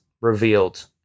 revealed